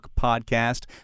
podcast